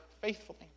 faithfully